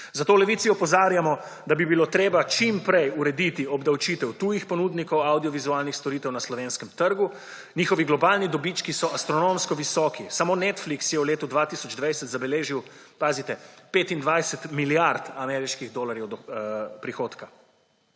zato v Levici opozarjamo, da bi bilo treba čim prej urediti obdavčitev tujih ponudnikov avdiovizualnih storitev na slovenskem trgu. Njihovi globalni dobički so astronomsko visoki. Samo Netflix je v letu 2020 zabeležil, pazite, 25 milijard ameriških dolarjev prihodka.